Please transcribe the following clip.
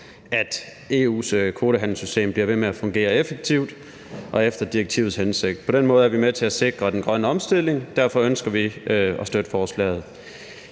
at EU's kvotehandelssystem bliver ved med at fungere effektivt og efter direktivets hensigt. På den måde er vi med til at sikre den grønne omstilling, og derfor ønsker vi at støtte forslaget.